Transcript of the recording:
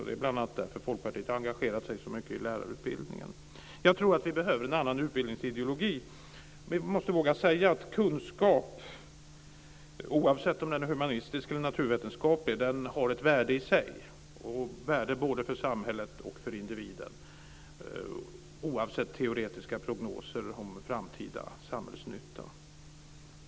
Det är bl.a. därför som Folkpartiet har engagerat sig så mycket i lärarutbildningen. Jag tror att vi behöver en annan utbildningsideologi. Vi måste våga säga att kunskap, oavsett om den är humanistisk eller naturvetenskaplig, har ett värde i sig och värde både för samhället och för individen oavsett teoretiska prognoser om framtida samhällsnytta.